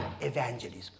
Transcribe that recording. evangelism